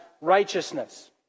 righteousness